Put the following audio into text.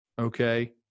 okay